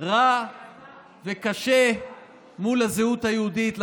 רע וקשה מול הזהות היהודית.